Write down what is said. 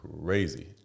crazy